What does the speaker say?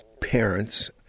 parents